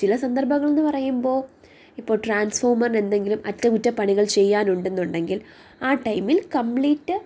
ചില സന്ദർഭങ്ങളെന്ന് പറയുമ്പോൾ ഇപ്പോൾ ട്രാൻസ്ഫോമ്മറിന് എന്തെങ്കിലും അറ്റകുറ്റ പണികൾ ചെയ്യാനുണ്ടെന്നുണ്ടെങ്കിൽ ആ ടൈമിൽ കംപ്ലീറ്റ്